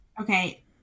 Okay